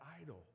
idol